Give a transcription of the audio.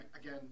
again